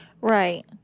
right